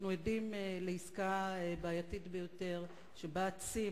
אנחנו עדים לעסקה בעייתית ביותר שבה "צים",